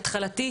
התחלתי,